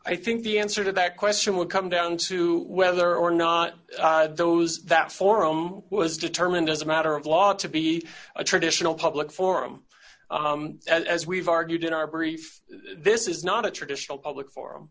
i think the answer to that question would come down to whether or not those that forum was determined as a matter of law to be a traditional public forum as we've argued in our brief this is not a traditional public forum